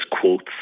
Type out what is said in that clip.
quotes